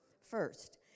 First